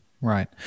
right